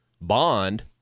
bond